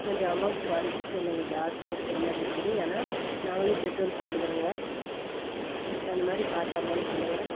கொஞ்சம் அமௌண்ட் கொறைச்சி சொல்லுங்கள் ஜாஸ்த்தி இருக்குமாதிரி இருக்குது ஏன்னா நாங்கள் பெட்ரோல் போட்டுக்கிறோங்க அதுக்கு தகுந்தமாதிரி பார்த்து அமௌண்ட் சொல்லுங்கள்